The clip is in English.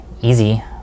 easy